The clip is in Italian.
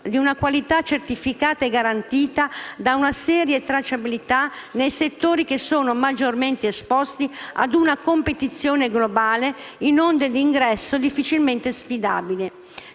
di una qualità certificata e garantita da una seria tracciabilità, quei settori che sono maggiormente esposti ad una competizione globale, in onde di ingresso difficilmente sfidabili